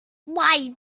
why